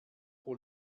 pro